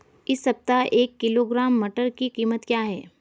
इस सप्ताह एक किलोग्राम मटर की कीमत क्या है?